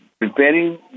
preparing